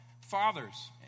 Fathers